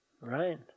Right